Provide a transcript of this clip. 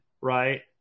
right